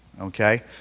Okay